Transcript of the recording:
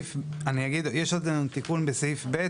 אני אגיד, יש עוד תיקון בסעיף (ב).